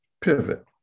pivot